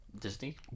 Disney